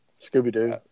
Scooby-Doo